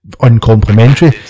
uncomplimentary